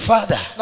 Father